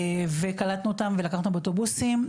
וקלטנו אותם ולקחנו אותם באוטובוסים.